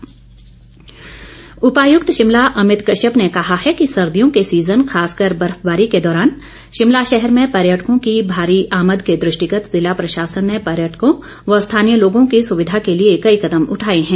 DC Shimla उपायुक्त शिमला अमित कश्यप ने कहा है कि सर्दियों के सीजन खासकर बर्फबारी के दौरान शिमला शहर में पर्यटकों की भारी आमद के दृष्टिगत जिला प्रशासन ने पर्यटकों व स्थानीय लोगों की सुविधा के लिए कई कदम उठाए हैं